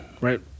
right